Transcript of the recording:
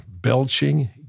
belching